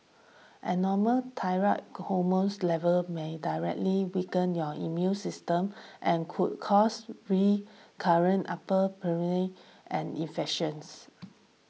abnormal thyroid hormones levels may directly weaken your immune system and could cause recurrent upper and infections